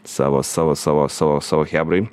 savo savo savo savo savo chebrai